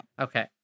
Okay